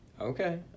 okay